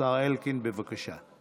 השר אלקין, בבקשה.